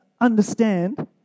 understand